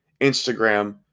Instagram